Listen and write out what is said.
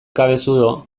cabezudo